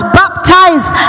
baptized